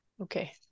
Okay